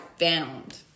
found